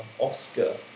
Oscar